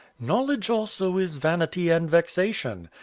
knowledge also is vanity and vexation.